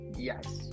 Yes